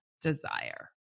desire